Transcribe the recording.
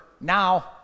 now